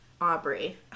Aubrey